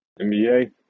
NBA